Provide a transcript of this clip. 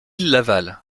laval